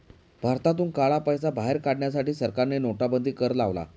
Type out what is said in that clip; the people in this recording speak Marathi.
भारतातून काळा पैसा बाहेर काढण्यासाठी सरकारने नोटाबंदी कर लावला